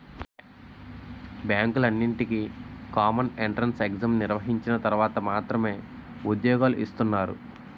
బ్యాంకులన్నింటికీ common entrance exam నిర్వహించిన తర్వాత మాత్రమే ఉద్యోగాలు ఇస్తున్నారు